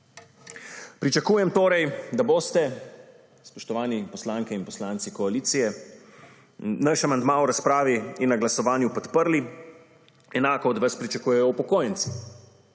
Pričakujem torej, da boste, spoštovani poslanke in poslanci koalicije, naš amandma v razpravi in na glasovanju podprli. Enako od vas pričakujejo upokojenci